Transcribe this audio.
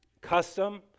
custom